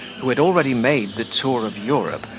who had already made the tour of europe,